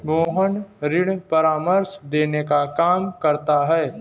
मोहन ऋण परामर्श देने का काम करता है